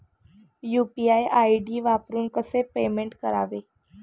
UPI ID वापरून कसे payment करावे?